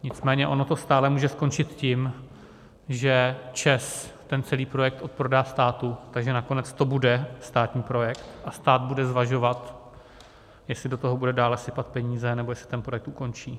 Nicméně ono to stále může skončit tím, že ČEZ ten celý projekt odprodá státu, takže nakonec to bude státní projekt a stát bude zvažovat, jestli do toho bude dále sypat peníze, nebo jestli ten projekt ukončí.